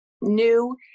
new